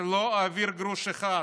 לא אעביר גרוש אחד.